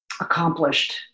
accomplished